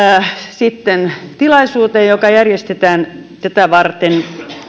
sitten tilaisuuteen joka järjestetään tätä varten